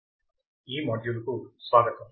ఈ మాడ్యూల్కు స్వాగతం